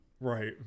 right